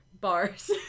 bars